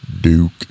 Duke